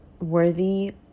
worthy